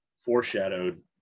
foreshadowed